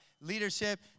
leadership